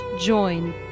join